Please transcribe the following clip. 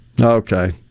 Okay